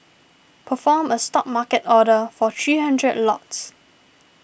perform a Stop market order for three hundred lots